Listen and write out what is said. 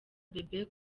bebe